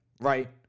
right